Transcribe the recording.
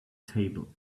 table